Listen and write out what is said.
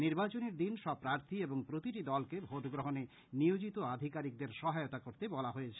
নির্বাচনের দিন সব প্রার্থী এবং প্রতিটি দলকে ভোটগ্রহণে নিয়োজিত আধিকারীকদের সহায়তা করতে বলা হয়েছে